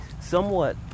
somewhat